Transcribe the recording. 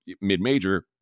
mid-major